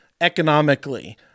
economically